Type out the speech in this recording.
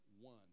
one